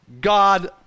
God